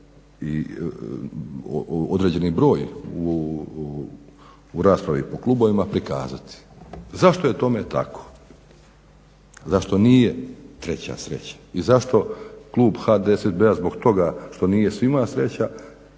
i određeni broj u raspravi po klubovima prikazati. Zašto je tome tako? Zašto nije treća sreća i zašto klub HDSSB-a zbog toga što nije svima sreća,